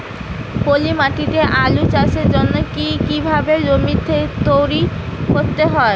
পলি মাটি তে আলু চাষের জন্যে কি কিভাবে জমি তৈরি করতে হয়?